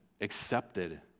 accepted